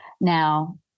Now